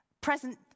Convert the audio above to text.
present